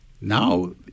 Now